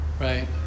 Right